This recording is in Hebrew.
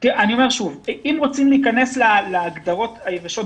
אני אומר שוב אם רוצים להיכנס להגדרות היבשות